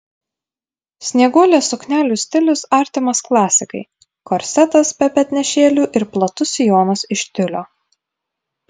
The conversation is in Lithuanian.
snieguolės suknelių stilius artimas klasikai korsetas be petnešėlių ir platus sijonas iš tiulio